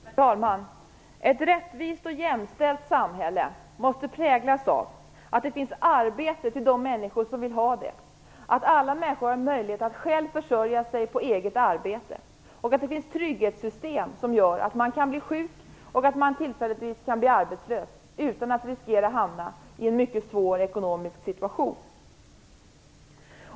Herr talman! Ett rättvis och jämställt samhälle måste präglas av att det finns arbete till de människor som vill ha det och att alla människor har möjlighet att försörja sig själva på eget arbete. Det måste finnas trygghetssystem som medför att man kan bli sjuk och tillfälligtvis arbetslös utan att riskera att hamna i en mycket svår ekonomisk situation.